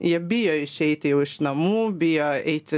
jie bijo išeiti jau iš namų bijo eiti į